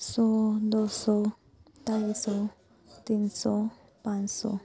ਸੌ ਦੋ ਸੌ ਢਾਈ ਸੌ ਤਿੰਨ ਸੌ ਪੰਜ ਸੌ